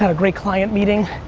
ah great client meeting.